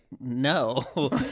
no